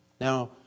now